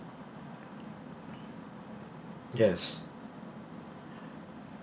yes